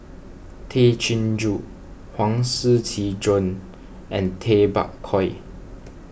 Tay Chin Joo Huang Shiqi Joan and Tay Bak Koi